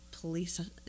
police